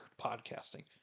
podcasting